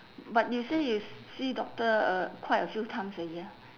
but you say you see doctor uh quite a few times a year